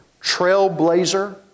trailblazer